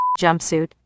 jumpsuit